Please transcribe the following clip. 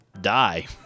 die